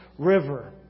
River